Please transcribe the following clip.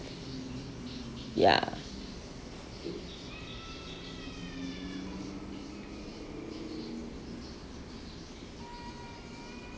ya